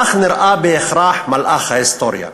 כך נראה בהכרח מלאך ההיסטוריה.